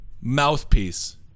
mouthpiece